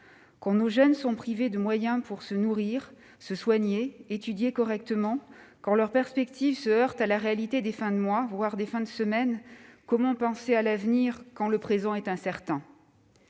Nos jeunes sont privés de moyens pour se nourrir, se soigner, étudier correctement ; leurs perspectives se heurtent à la réalité des fins de mois, voire des fins de semaine. Comment penser à l'avenir quand le présent est incertain ?